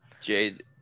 Jade